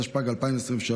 התשפ"ג 2023,